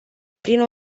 prin